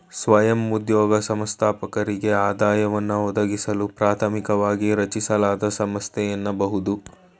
ಸ್ವಯಂ ಉದ್ಯೋಗ ಸಂಸ್ಥಾಪಕರಿಗೆ ಆದಾಯವನ್ನ ಒದಗಿಸಲು ಪ್ರಾಥಮಿಕವಾಗಿ ರಚಿಸಲಾದ ಸಂಸ್ಥೆ ಎನ್ನಬಹುದು